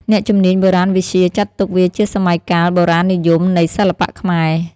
អ្នកជំនាញបុរាណវិទ្យាចាត់ទុកវាជាសម័យកាល "បុរាណនិយម" នៃសិល្បៈខ្មែរ។